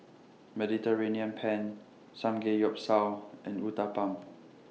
Mediterranean Penne Samgeyopsal and Uthapam